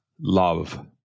Love